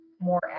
more